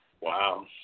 Wow